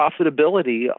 profitability